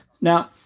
Now